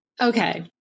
Okay